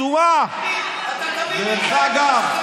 תתבייש לך.